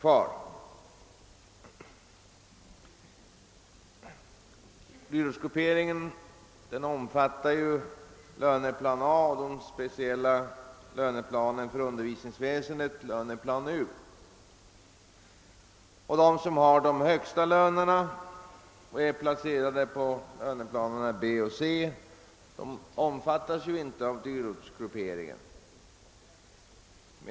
Dyrortsgrupperingen omfattar ju löneplan A och den speciella löneplanen för undervisningsväsendet, löneplan U. De som har de högsta lönerna och är placerade på löneplanerna B och C omfattas inte av dyrortsgrupperingen.